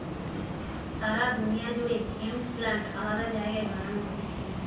সারা দুনিয়া জুড়ে hemp plant আলাদা জায়গায় বানানো হতিছে